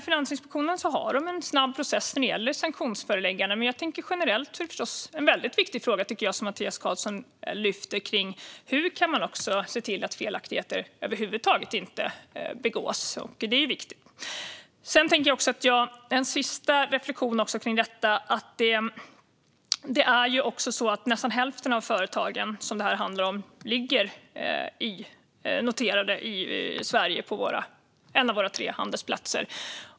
Finansinspektionen har en snabb process när det gäller sanktionsförelägganden. Generellt är det dock förstås en väldigt viktig fråga som Mattias Karlsson tar upp gällande hur man kan se till att felaktigheter över huvud taget inte begås. Jag har en sista reflektion när det gäller detta. Det är ju så att nästan hälften av företagen som detta handlar om är noterade i Sverige på en av våra tre handelsplatser.